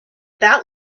that